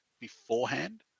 beforehand